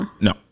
No